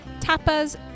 tapas